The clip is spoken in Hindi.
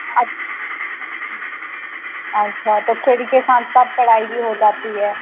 अच्छा अच्छा तब खेल के साथ साथ पढ़ाई भी हो जाती है